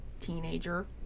teenager